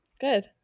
Good